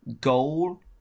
goal